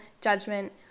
judgment